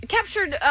Captured